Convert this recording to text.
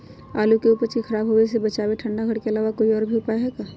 आलू के उपज के खराब होवे से बचाबे ठंडा घर के अलावा कोई और भी उपाय है का?